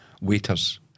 Waiters